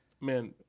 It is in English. man